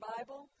Bible